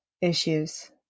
issues